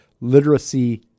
Literacy